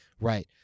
Right